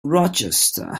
rochester